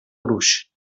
gruix